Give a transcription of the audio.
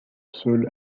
sol